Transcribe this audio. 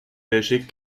logique